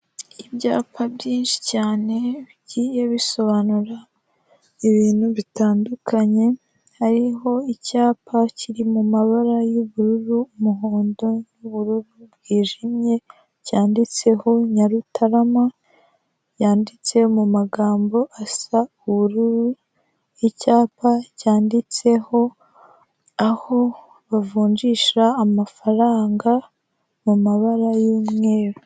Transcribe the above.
Ibyapa byinshi cyane bigiye bisobanura ibintu bitandukanye, hariho icyapa kiri mu mabara y'ubururu, umuhondo, n'ubururu bwijimye cyanditseho Nyarutarama yanditse mu magambo asa ubururu, icyapa cyanditseho aho bavunjisha amafaranga mu mabara y'umweru.